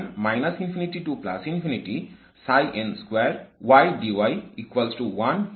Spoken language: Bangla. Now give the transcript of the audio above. হিসেবে লেখাটাই ভালো হবে